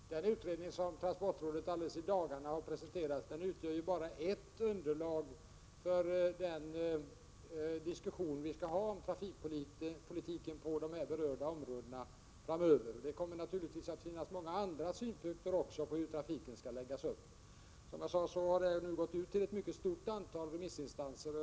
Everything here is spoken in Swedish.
Herr talman! Jag vill understryka att den utredning som transportrådet alldeles i dagarna har presenterat bara utgör ett underlag för den diskussion om trafikpolitiken på dessa berörda områden som vi skall föra framöver. Det kommer naturligtvis att finnas många andra synpunkter på hur trafiken skall läggas upp. Som jag sade har denna utredning gått ut till ett mycket stort antal remissinstanser.